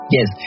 Yes